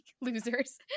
losers